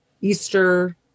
Easter